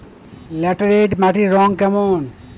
Laterite মাটির রং কেমন?